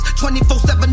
24-7